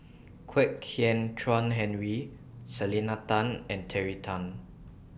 Kwek Hian Chuan Henry Selena Tan and Terry Tan